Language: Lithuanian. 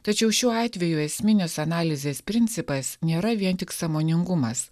tačiau šiuo atveju esminės analizės principas nėra vien tik sąmoningumas